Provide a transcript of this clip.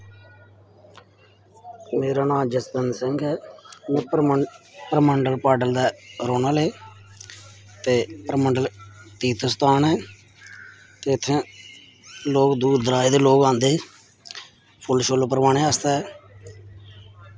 मेरा नांऽ जसवंत सिंह ऐ में परमंडल पाडल दा रौह्ने आह्ला ऐ ते परमंडल तीर्थ स्थान ऐ ते उत्थें लोग दूर दराज दे आंदे फुल्ल शुल्ल प्रवाह्नै आस्तै